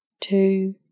two